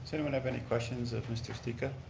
anyone have any questions of mr. stica?